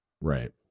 Right